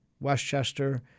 Westchester